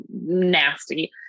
nasty